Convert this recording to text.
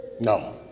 no